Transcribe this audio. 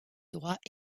droit